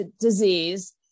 disease